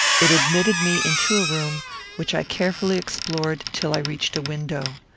it admitted me into a room which i carefully explored till i reached a window.